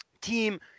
team